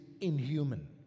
inhuman